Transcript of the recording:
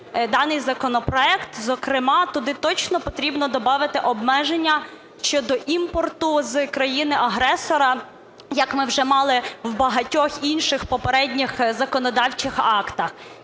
даний законопроект. Зокрема, туди точно потрібно добавити обмеження щодо імпорту з країни-агресора, як ми вже мали в багатьох інших попередніх законодавчих актах.